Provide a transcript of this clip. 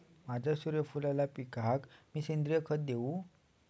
माझ्या सूर्यफुलाच्या पिकाक मी सेंद्रिय खत देवू?